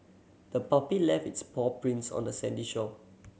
the puppy left its paw prints on the sandy shore